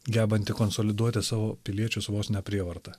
gebanti konsoliduoti savo piliečius vos ne prievarta